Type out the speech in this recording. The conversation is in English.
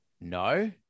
No